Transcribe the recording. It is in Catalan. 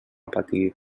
patir